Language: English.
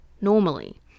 normally